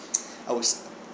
I was